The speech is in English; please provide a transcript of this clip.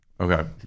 Okay